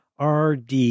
rd